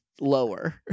Lower